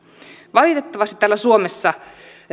valitettavasti täällä suomessa